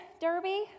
Derby